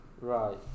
right